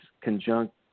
conjunct